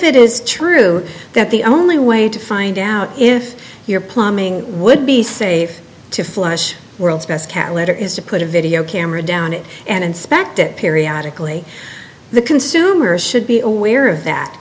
it is true that the only way to find out if your plumbing would be safe to flush world's best cat litter is to put a video camera down it and inspect it periodically the consumers should be aware of